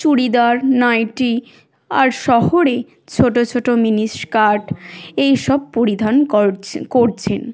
churidar nightie আর শহরে ছোট ছোট মিনিস্কার্ট এইসব পরিধান করছেন